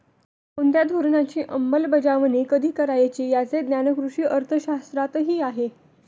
कोणत्या धोरणाची अंमलबजावणी कधी करायची याचे ज्ञान कृषी अर्थशास्त्रातही आहे